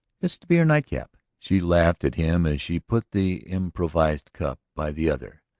it's to be our night-cap, she laughed at him as she put the improvised cup by the other.